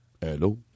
Hello